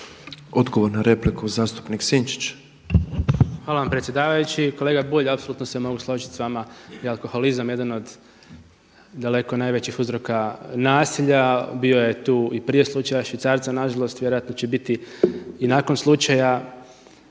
Ivan Vilibor (Živi zid)** Hvala vam predsjedavajući. Kolega Bulj, apsolutno se mogu složiti sa vama alkoholizam je jedan od daleko najvećih uzroka nasilja. Bio je tu i prije slučaja švicarca, na žalost vjerojatno će biti i nakon slučaja